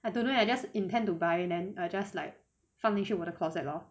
I don't know I just intend to buy and then adjust like foundation would the closet lor